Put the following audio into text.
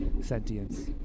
sentience